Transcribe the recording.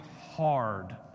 hard